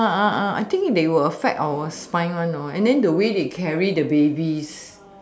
I think they will affect our spine one know and the way they carry the babies